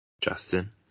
Justin